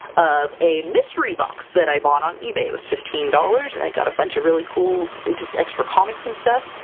of a mystery box that i bought on ebay. it was fifteen dollars and i got a bunch of really cool just extra comics and stuff.